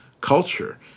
culture